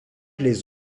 les